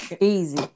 easy